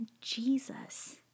Jesus